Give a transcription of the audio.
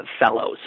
fellows